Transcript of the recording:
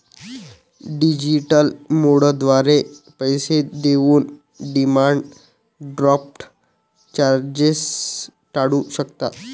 digital मोडद्वारे पैसे देऊन डिमांड ड्राफ्ट चार्जेस टाळू शकता